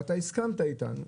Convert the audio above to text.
אתה הסכמת איתנו,